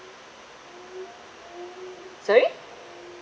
sorry